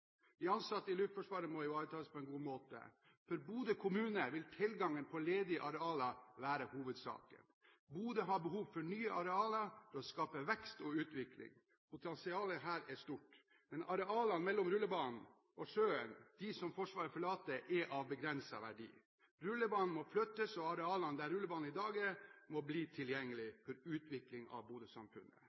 De ansatte i Luftforsvaret må ivaretas på en god måte. For Bodø kommune vil tilgangen på ledige arealer være hovedsaken. Bodø har behov for nye arealer for å skape vekst og utvikling, og potensialet her er stort. Men arealene mellom rullebanen og sjøen, de som Forsvaret forlater, er av begrenset verdi. Rullebanen må flyttes, og arealene der rullebanen i dag er, må bli tilgjengelig for utvikling av